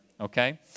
Okay